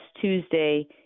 Tuesday